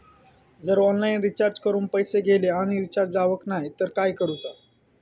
जर online recharge करून पैसे गेले आणि रिचार्ज जावक नाय तर काय करूचा?